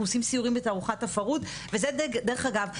עושים סיורים בתערוכת הפרהוד וזה דרך אגב,